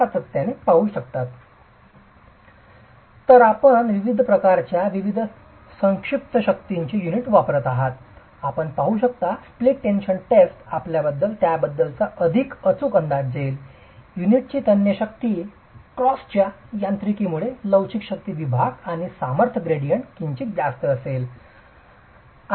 तर आपण विविध प्रकारच्या विविध संक्षिप्त शक्तींचे युनिट वापरत आहात आपण पाहू शकता स्प्लिट टेन्शन टेस्ट आपल्याला त्याबद्दलचा अधिक अचूक अंदाज देईल युनिटची तन्य शक्ती क्रॉसच्या यांत्रिकीमुळे लवचिक शक्ती विभाग आणि सामर्थ्य ग्रेडियंट किंचित जास्त असेल